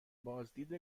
بازدید